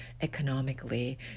economically